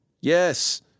Yes